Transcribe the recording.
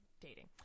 Dating